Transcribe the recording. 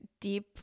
deep